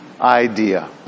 idea